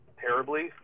terribly